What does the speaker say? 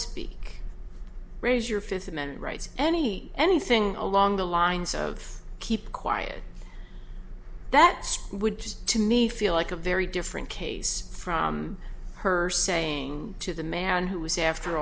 speak raise your fifth amendment rights any anything along the lines of keep quiet that would just to me feel like a very different case from her saying to the man who was after